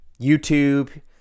YouTube